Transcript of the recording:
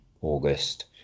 august